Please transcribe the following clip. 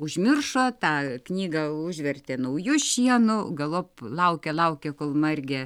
užmiršo tą knygą užvertė nauju šienu galop laukė laukė kol margė